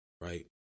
right